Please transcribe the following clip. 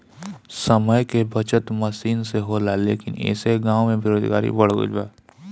समय के बचत मसीन से होला लेकिन ऐसे गाँव में बेरोजगारी बढ़ गइल बा